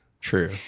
true